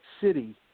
City